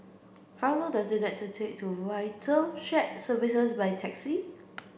how long does it take to get to VITAL Shared Services by taxi